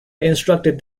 instructed